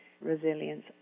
resilience